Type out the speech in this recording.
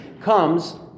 comes